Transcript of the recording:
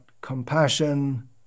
compassion